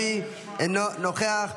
אינו נוכח,